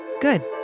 Good